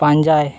ᱯᱟᱸᱡᱟᱭ